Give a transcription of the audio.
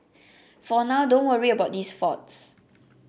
for now don't worry about these faults